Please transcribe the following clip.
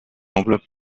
enveloppe